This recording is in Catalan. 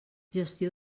gestió